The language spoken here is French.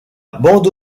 bande